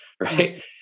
Right